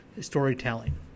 storytelling